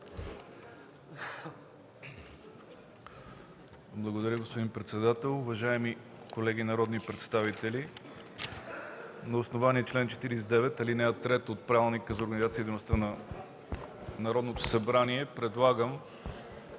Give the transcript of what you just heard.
Благодаря, господин председател. Уважаеми колеги народни представители, на основание чл. 49, ал. 3 от Правилника за организацията и дейността на Народното събрание предлагам